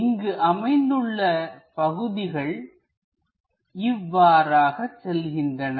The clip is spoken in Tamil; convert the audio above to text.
இங்கு அமைந்துள்ள பகுதிகள் இவ்வாறாக செல்கின்றன